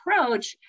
approach